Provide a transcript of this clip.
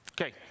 Okay